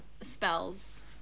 spells